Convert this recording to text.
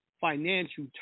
financial